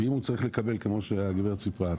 ואם הוא צריך לקבל כמו שהגברת סיפרה,